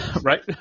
Right